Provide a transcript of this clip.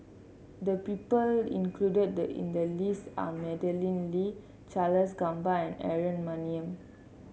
the people included in the list are Madeleine Lee Charles Gamba and Aaron Maniam